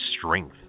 strength